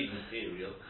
material